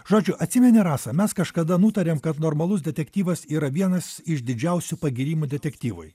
žodžiu atsimeni rasa mes kažkada nutarėm kad normalus detektyvas yra vienas iš didžiausių pagyrimų detektyvui